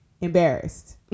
embarrassed